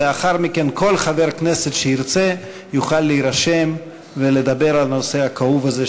ולאחר מכן כל חבר כנסת שירצה יוכל להירשם ולדבר על הנושא הכאוב הזה,